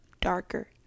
darker